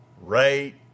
right